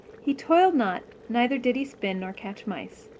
he toiled not neither did he spin or catch mice.